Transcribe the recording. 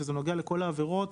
שזה נוגע לכל העבירות